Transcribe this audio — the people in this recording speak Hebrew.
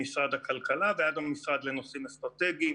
ממשרד הכלכלה ועד המשרד לנושאים אסטרטגיים.